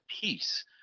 peace